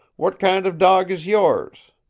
what kind of dog is yours?